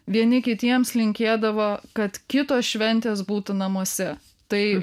vieni kitiems linkėdavo kad kitos šventės būtų namuose tai